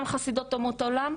גם חסידות אומות עולם,